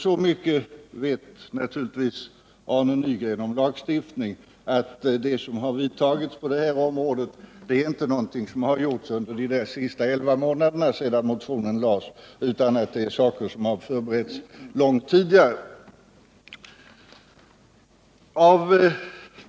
Så mycket vet naturligtvis Arne Nygren om lagstiftning att vad som har vidtagits på det här området inte är någonting som har gjorts under de elva månader sedan motionen lades fram, utan att det har förberetts redan långt tidigare.